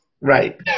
Right